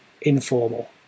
Informal